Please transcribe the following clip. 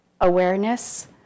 awareness